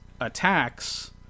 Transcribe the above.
attacks